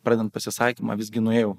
pradedant pasisakymą visgi nuėjau